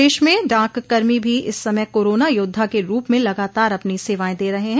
प्रदेश में डाक कर्मी भी इस समय कोरोना योद्धा के रूप में लगातार अपनी सेवाएं दे रहे हैं